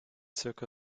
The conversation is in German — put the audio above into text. zirka